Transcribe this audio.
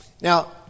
Now